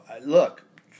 look